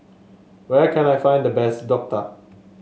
where can I find the best Dhokla